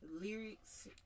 lyrics